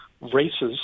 races